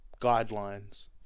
guidelines